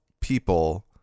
people